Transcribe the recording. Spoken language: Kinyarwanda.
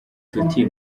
tuti